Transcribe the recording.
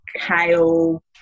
kale